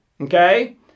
okay